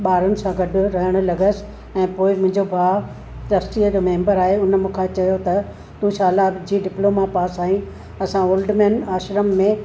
ॿारनि सां गॾु रहणु लॻसि ऐं पोइ मुंहिंजो भाउ ट्रस्टीअ जो मैंबर आहे उन मूंखां चयो त तू शाला जी डिप्लोमा पास आईं असां ओल्ड मैन आश्रम में